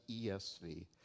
ESV